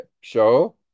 show